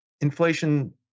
inflation